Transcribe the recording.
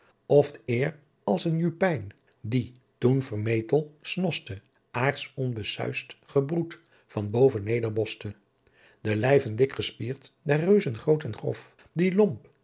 oft eer als een jupijn die toen vermetel snoste aards onbesuist gebroedt van boven neder boste de lyven dik gespiert der reuzen groot en grof die